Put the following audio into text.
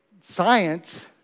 science